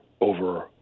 over